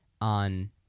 on